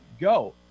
go